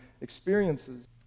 experiences